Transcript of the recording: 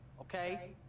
Okay